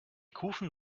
kufen